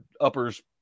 uppers